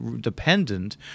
dependent